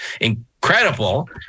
incredible